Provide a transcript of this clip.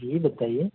जी बताइए